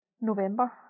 November